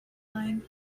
line